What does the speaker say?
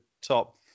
top